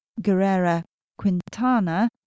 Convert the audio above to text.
Guerrera-Quintana